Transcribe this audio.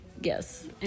yes